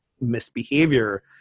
misbehavior